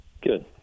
Good